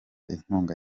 inkunga